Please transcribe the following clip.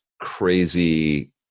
crazy